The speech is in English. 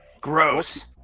Gross